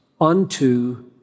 unto